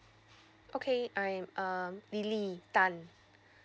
okay I'm um lily tan